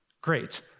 great